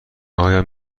آیا